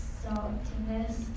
saltiness